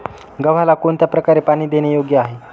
गव्हाला कोणत्या प्रकारे पाणी देणे योग्य आहे?